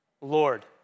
Lord